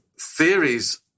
theories